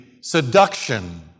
seduction